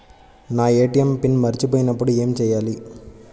నా ATM PIN మరచిపోయినప్పుడు ఏమి చేయాలి?